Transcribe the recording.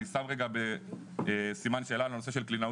אבל אני שם בסימן שאלה את הנושא של קלינאות